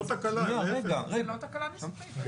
זה לא תקלה ניסוחית.